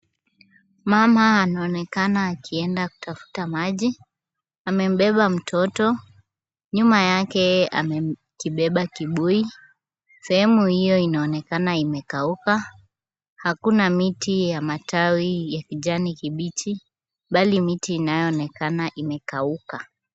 Mama anaonekana akienda kutafuta maji. Amembeba mtoto. Nyuma yake amekibeba kibuyu. Sehemu hiyo inaonekana imekauka. Hakuna miti ya matawi ya kijani kibichi, bali miti inayoonekana imekauka.